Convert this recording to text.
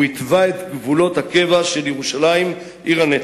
הוא התווה את גבולות הקבע של ירושלים עיר הנצח.